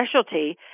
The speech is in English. specialty